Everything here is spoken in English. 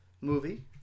movie